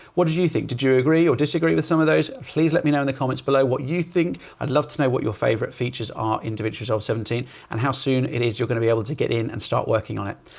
what did you you think? did you agree or disagree with some of those? please let me know in the comments below what you think. i'd love to know what your favorite features are in davinci resolve seventeen and how soon it is you're going to be able to get in and start working on it.